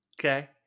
okay